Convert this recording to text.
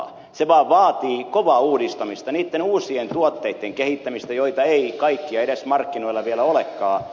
se vaan vaatii kovaa uudistamista niitten uusien tuotteitten kehittämistä joita ei kaikkia edes markkinoilla vielä olekaan